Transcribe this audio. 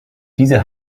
diese